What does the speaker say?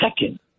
second